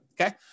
Okay